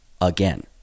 again